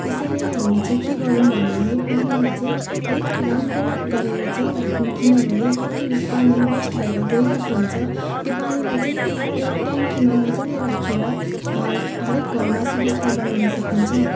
त्यसैले हामी चाहिँ के गरौँ भने नि पानीलाई चाहिँ अलिक राम्रो गरेर चाहिँ राखौँं किनभने कति पानी वेस्ट भएर गइरहेको हुन्छ त्यो पानीलाई चाहिँ एउटा ट्याङ्कीमा मजाले राखेर हरएक घरमा सुबिस्ता बनाउनु सकिन्छ